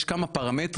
יש כמה פרמטרים.